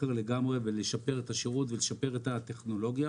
לגמרי, לשפר את השירות ולשפר את הטכנולוגיה.